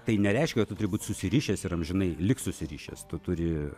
tai nereiškia kad tu turi būtisusirišęs ir amžinai likt susirišęs tu turi